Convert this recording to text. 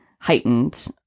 heightened